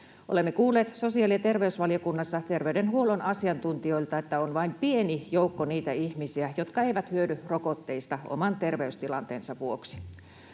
Olemme kuulleet sosiaali‑ ja terveysvaliokunnassa terveydenhuollon asiantuntijoilta, että on vain pieni joukko niitä ihmisiä, jotka eivät hyödy rokotteista oman terveystilanteensa vuoksi.